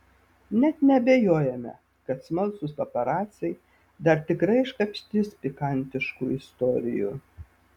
net neabejojame kad smalsūs paparaciai dar tikrai iškapstys pikantiškų istorijų